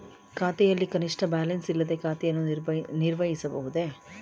ಖಾತೆಯಲ್ಲಿ ಕನಿಷ್ಠ ಬ್ಯಾಲೆನ್ಸ್ ಇಲ್ಲದೆ ಖಾತೆಯನ್ನು ನಿರ್ವಹಿಸಬಹುದೇ?